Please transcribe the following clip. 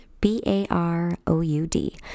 B-A-R-O-U-D